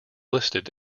listed